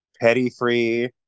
petty-free